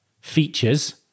features